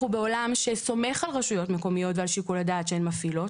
אנחנו בעולם שסומך על רשויות מקומיות ועל שיקול הדעת שהן מפעילות,